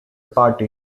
party